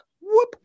whoop